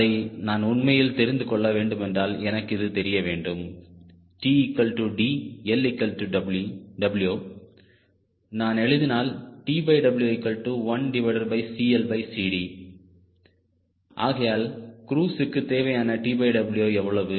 அதை நான் உண்மையில் தெரிந்துகொள்ள வேண்டுமென்றால் எனக்கு இது தெரிய வேண்டும் TD LW நான் எழுதினால் TW1CLCD ஆகையால் க்ரூஸ்க்கு தேவையான TW எவ்வளவு